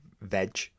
veg